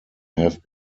have